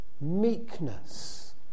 Meekness